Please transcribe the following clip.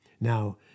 now